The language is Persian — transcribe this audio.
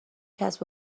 کسب